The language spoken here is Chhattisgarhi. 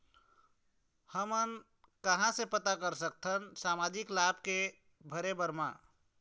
हमन कहां से पता कर सकथन सामाजिक लाभ के भरे बर मा?